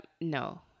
no